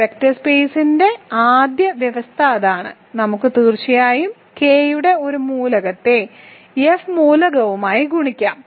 ഒരു വെക്റ്റർ സ്പെയ്സിനുള്ള ആദ്യ വ്യവസ്ഥ അതാണ് നമുക്ക് തീർച്ചയായും K യുടെ ഒരു മൂലകത്തെ F മൂലകവുമായി ഗുണിക്കാം